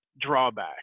drawback